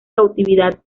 cautividad